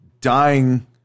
dying